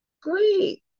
great